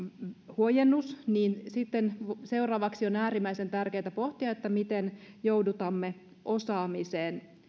huojennus niin sitten seuraavaksi on äärimmäisen tärkeätä pohtia miten joudutamme osaamisen